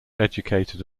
educated